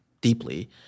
deeply